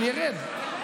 אני ארד,